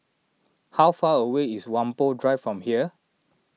how far away is Whampoa Drive from here